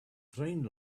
train